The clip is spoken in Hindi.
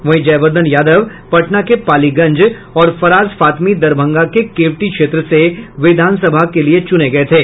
वहीं जयवर्धन यादव पटना के पालीगंज और फराज फातमी दरभंगा के केवटी क्षेत्र से विधानसभा के लिये चुने गये थे